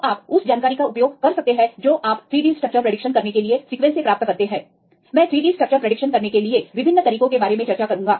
तो आप उस जानकारी का उपयोग कर सकते हैं जो आप 3D स्ट्रक्चरस की भविष्यवाणी करने के लिए सीक्वेंस से प्राप्त कर सकते हैं मैं 3D स्ट्रक्चरस की भविष्यवाणी करने के लिए विभिन्न तरीकों के बारे में चर्चा करूंगा